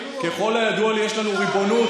ככל הידוע לי יש לנו ריבונות,